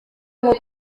nko